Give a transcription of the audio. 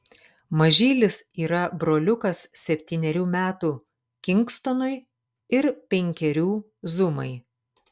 mažylis yra broliukas septynerių metų kingstonui ir penkerių zumai